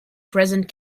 present